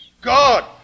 God